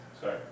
sorry